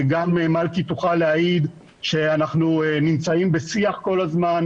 גם מלכי תוכל להעיד שאנחנו נמצאים בשיח כל הזמן,